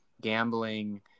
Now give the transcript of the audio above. gambling